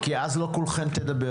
כי אז לא כולכן תדברנה,